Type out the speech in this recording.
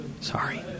Sorry